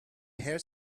hare